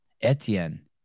Etienne